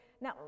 Now